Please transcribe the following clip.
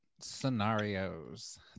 scenarios